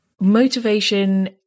Motivation